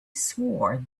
swore